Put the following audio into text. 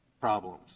problems